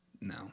No